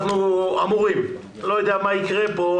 אני לא יודע מה יקרה פה,